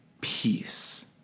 Peace